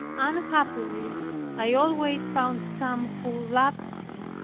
unhappily i always found some who loved me,